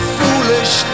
foolish